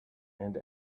and